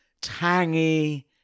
tangy